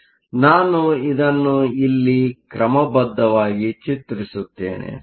ಆದ್ದರಿಂದ ನಾನು ಇದನ್ನು ಇಲ್ಲಿ ಕ್ರಮಬದ್ಧವಾಗಿ ಚಿತ್ರಿಸುತ್ತೇನೆ